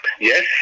Yes